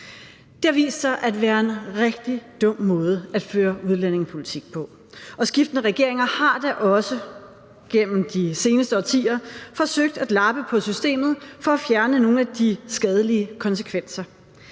Det har vist sig at være en rigtig dum måde at føre udlændingepolitik på, og skiftende regeringer har da også gennem de seneste årtier forsøgt at lappe på systemet for at fjerne nogle af de skadelige konsekvenser.